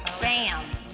bam